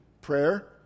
prayer